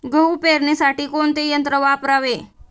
गहू पेरणीसाठी कोणते यंत्र वापरावे?